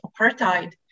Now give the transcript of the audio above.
apartheid